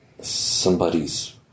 somebody's